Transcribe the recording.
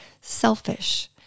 selfish